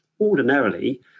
ordinarily